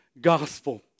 gospel